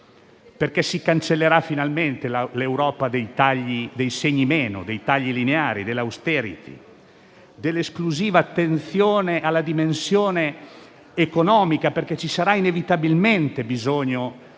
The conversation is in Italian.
perché si cancellerà finalmente l'Europa dei "segni meno", dei tagli lineari, dell'*austerity*, dell'esclusiva attenzione alla dimensione economica. Ci sarà infatti inevitabilmente bisogno di